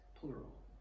plural